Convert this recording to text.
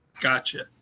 Gotcha